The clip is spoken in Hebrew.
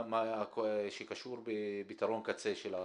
מה שקשור בפתרון קצה של הביוב,